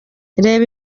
reba